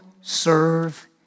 serve